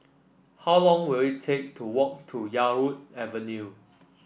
how long will it take to walk to Yarwood Avenue